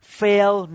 fail